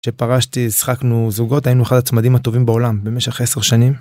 שפרשתי שחקנו זוגות היינו אחד הצמדים הטובים בעולם במשך 10 שנים.